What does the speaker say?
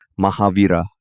Mahavira